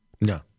no